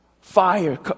Fire